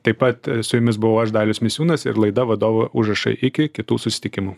taip pat su jumis buvau aš dalius misiūnas ir laida vadovo užrašai iki kitų susitikimų